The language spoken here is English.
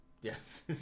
Yes